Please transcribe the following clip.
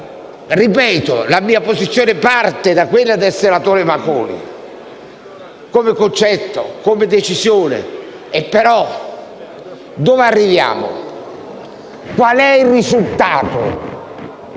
Ripeto: la mia posizione parte da quella del senatore Manconi, come concetto e come decisione, però dove arriviamo? Qual è il risultato?